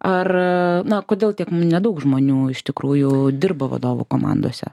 ar na kodėl tiek nedaug žmonių iš tikrųjų dirba vadovų komandose